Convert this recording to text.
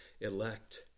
elect